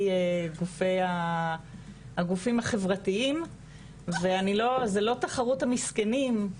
הגופים החברתיים וזו לא "תחרות המסכנים",